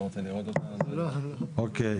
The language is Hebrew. אוקיי.